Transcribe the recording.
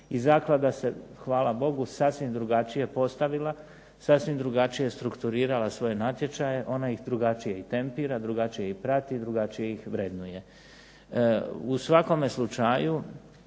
i zaklada se hvala Bogu sasvim drugačije postavila, sasvim drugačije strukturirala svoje natječaje. Ona ih drugačije i tempira, drugačije ih prati, drugačije ih vrednuje. U svakome slučaju